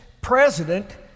president